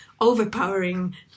overpowering